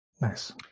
Nice